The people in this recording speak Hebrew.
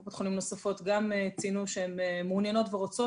קופות חולים נוספות גם ציינו שהן מעוניינות ורוצות